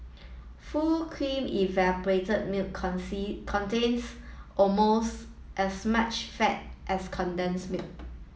full cream evaporated milk contains almost as much fat as condensed milk